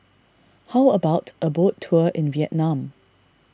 how about a boat tour in Vietnam